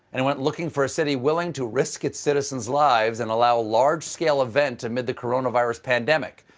and went looking for a city willing to risk its citizens' lives and allow a large-scale event amid the coronavirus pandemic.